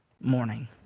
morning